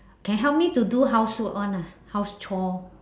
can help me to do housework one ah house chore